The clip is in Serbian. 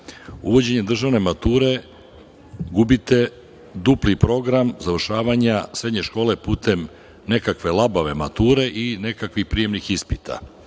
državne mature gubite dupli program završavanja srednje škole putem nekakve labave mature i nekakvih prijemnih ispita.